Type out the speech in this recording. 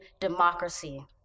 democracy